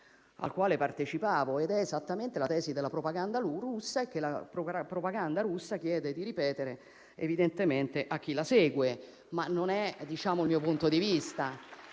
al quale ho partecipato ed è esattamente quella che la propaganda russa chiede di ripetere evidentemente a chi la segue, ma non è il mio punto di vista.